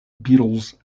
beetles